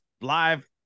live